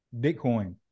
Bitcoin